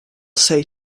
say